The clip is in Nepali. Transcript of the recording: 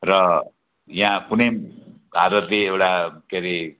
र यहाँ कुनै भारतीय एउटा के रे